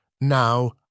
now